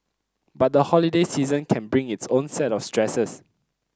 but the holiday season can bring its own set of stresses